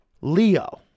Leo